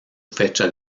fecha